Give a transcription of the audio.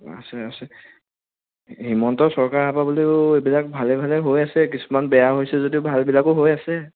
আছে আছে হিমন্ত চৰকাৰ অহা এইবিলাক ভালে ভালে হৈ আছে কিছুমান বেয়া হৈছে যদিও ভালবিলাকো হৈ আছে